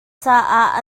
caah